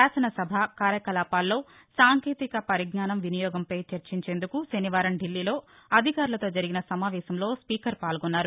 శాసన సభ కార్యకలాపాల్లో సాంకేతిక పరిజ్ఞానం వినియోగంపై చర్చించేందుకు శనివారం ధిల్లీలో అధికారులతో జరిగిన సమావేశంలో స్పీకర్ పాల్గొన్నారు